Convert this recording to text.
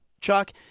Chuck